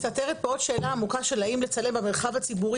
מסתתרת פה עוד שאלה עמוקה שנוגעת לצילום במרחב הציבורי